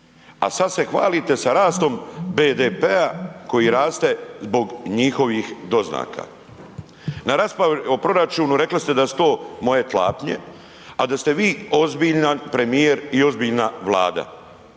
A sad se hvalite sa rastom BDP-a koji raste zbog njihovih doznaka. Na raspravi o proračunu rekli ste da su to moje klapnje, a da ste vi ozbiljan premijer i ozbiljna Vlada.